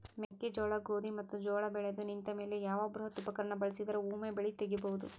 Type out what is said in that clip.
ಮೆಕ್ಕೆಜೋಳ, ಗೋಧಿ ಮತ್ತು ಜೋಳ ಬೆಳೆದು ನಿಂತ ಮೇಲೆ ಯಾವ ಬೃಹತ್ ಉಪಕರಣ ಬಳಸಿದರ ವೊಮೆ ಬೆಳಿ ತಗಿಬಹುದು?